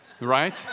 right